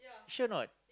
sure not